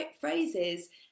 phrases